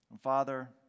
Father